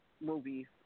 movies